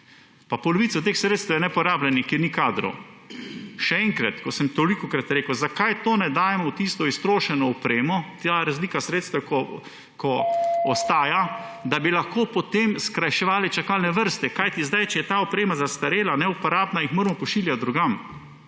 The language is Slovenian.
pa polovico teh sredstev je neporabljenih, ker ni kadrov. Še enkrat, ko sem tolikokrat rekel, zakaj tega ne dajemo v tisto iztrošeno opremo, razlika sredstev, ko ostaja, da bi lahko potem skrajševali čakalne vrste, kajti zdaj, če je ta oprema zastarela, neuporabna, jih moramo pošiljati drugam.